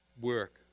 work